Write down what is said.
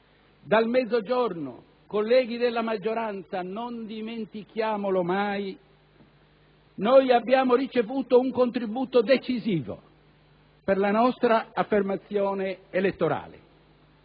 Dal Mezzogiorno - colleghi della maggioranza, non dimentichiamolo mai - abbiamo ricevuto un contributo decisivo per la nostra affermazione elettorale.